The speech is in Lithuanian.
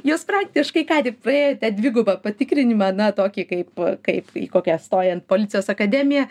jūs praktiškai ką tik praėjote dvigubą patikrinimą ne tokį kaip kaip į kokią stojant policijos akademiją